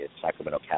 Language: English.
Sacramento